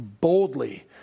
boldly